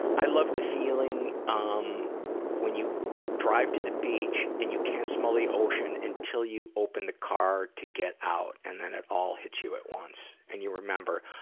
i love the feeling um when you drive to the beach and you can't smell the ocean until you open the car to get out and then it all hits you at once, and you remember,